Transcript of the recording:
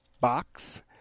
box